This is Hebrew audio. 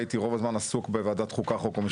הייתי רוב הזמן עסוק בוועדת חוקה, חוק ומשפט.